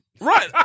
right